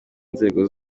nzego